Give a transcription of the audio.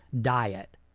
diet